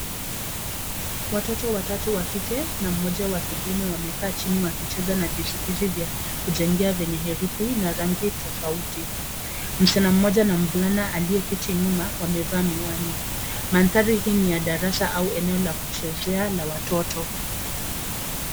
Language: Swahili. Watoto watatu wa kike na mmoja wa kiume wamekaa chini wakicheza na vizuizi vya kujengea vyenye herufi na rangi tofauti. Msichana mmoja na mvulana aliyeketi nyuma wamevaa miwani. Mandhari hii ni ya darasa au eneo la kuchezea la watoto.